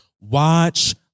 watch